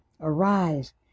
Arise